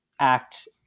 act